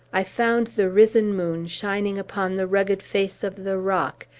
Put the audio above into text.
i found the risen moon shining upon the rugged face of the rock,